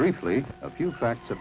briefly a few facts